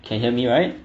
can hear me right